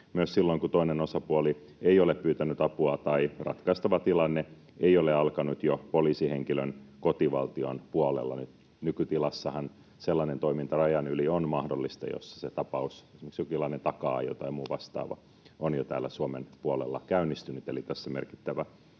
myös silloin, kun toinen osapuoli ei ole pyytänyt apua tai ratkaistava tilanne ei ole alkanut poliisihenkilön kotivaltion puolella. Nykytilassahan sellainen toiminta rajan yli on mahdollista, jos se tapaus, esimerkiksi jonkinlainen takaa-ajo tai muun vastaava, on jo täällä Suomen puolella käynnistynyt, eli tässä on